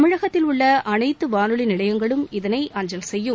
தமிழகத்தில் உள்ள அனைத்து வானொலி நிலையங்களும் இதனை அஞ்சல் செய்யும்